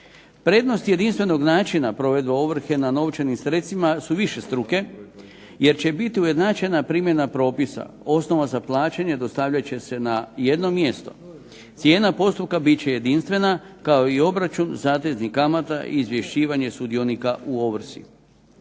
Prednost jedinstvenog načina, provedba ovrhe na novčanim sredstvima su višestruke jer će biti ujednačena primjena propisa, osnova za plaćanje dostavljat će se na jedno mjesto. Cijena postupka biti će jedinstvena kao i obračun zateznih kamata izvješćivanje sudionika u ovrsi.